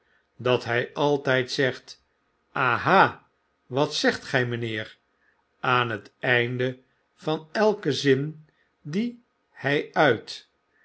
dat hj altp zegt aha wat zegt p mpheer aan het einde van elken zm dien hij uit